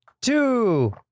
two